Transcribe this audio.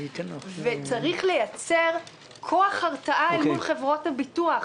צריך לייצר כוח הרתעה אל מול חברות הביטוח.